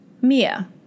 Mia